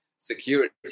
security